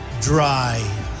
dry